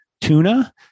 tuna